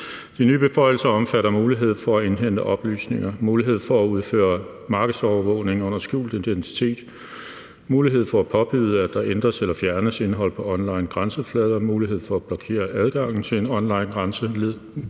De nye beføjelser omfatter mulighed for at indhente oplysninger; mulighed for at udføre markedsovervågning under skjult identitet; mulighed for at påbyde, at der ændres eller fjernes indhold på onlinegrænseflader; mulighed for at blokere adgangen til en onlinegrænseflade,